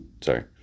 sorry